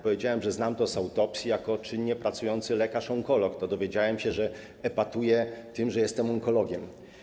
Powiedziałem, że znam to z autopsji jako czynnie pracujący lekarz onkolog, to dowiedziałem się, że epatuję tym, że jestem onkologiem.